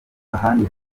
ahandi